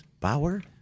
Bauer